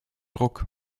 druck